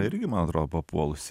irgi man atrodo papuolusi